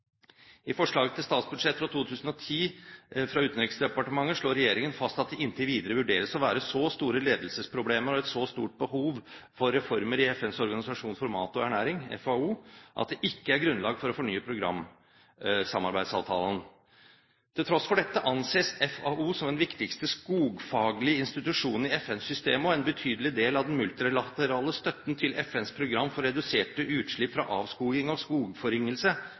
I forslaget til statsbudsjett for 2010 fra Utenriksdepartementet slår regjeringen fast at det inntil videre vurderes å være så store ledelsesproblemer og et så stort behov for reformer i FNs organisasjon for ernæring og landbruk, FAO, at det ikke er grunnlag for å fornye programsamarbeidsavtalen. Til tross for dette anses FAO som den viktigste skogfaglige institusjon i FN-systemet, og en betydelig del av den multilaterale støtten til FNs program for reduserte utslipp fra avskoging og skogforringelse,